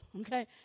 Okay